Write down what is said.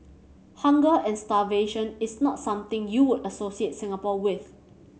hunger and starvation is not something you would associate Singapore with